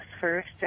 first